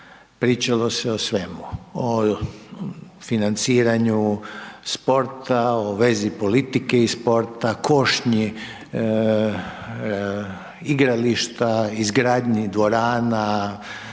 pričalo se o svemu, o financiranju sporta, o vezi politike i sporta, košnji igrališta, izgradnji dvorana,